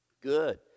Good